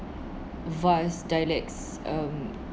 vast dialects um